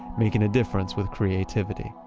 making a difference with creativity.